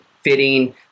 fitting